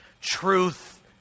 Truth